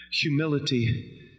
humility